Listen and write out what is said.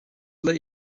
late